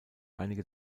einige